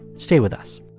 stay with us